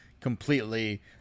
completely